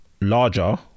larger